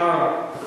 אה.